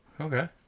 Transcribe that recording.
Okay